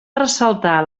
ressaltar